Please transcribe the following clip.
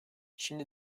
şimdi